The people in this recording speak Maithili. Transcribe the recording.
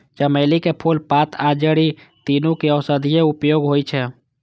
चमेली के फूल, पात आ जड़ि, तीनू के औषधीय उपयोग होइ छै